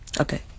Okay